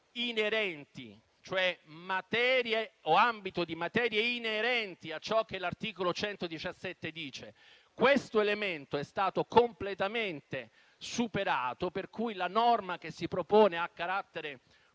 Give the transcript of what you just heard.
"inerenti", cioè materie o ambito di materie "inerenti" a ciò che l'articolo 117 dice. Questo elemento è stato completamente superato, per cui la norma che si propone ha carattere